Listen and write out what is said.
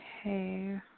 okay